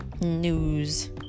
news